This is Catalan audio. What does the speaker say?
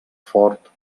fort